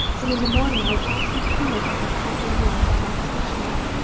and in the morning i will ask you to come with me to scotland yard to talk to the chief.